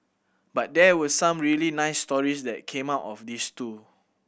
but there were some really nice stories that came out of this too